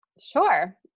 Sure